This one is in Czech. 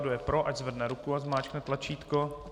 Kdo je pro, ať zvedne ruku a zmáčkne tlačítko.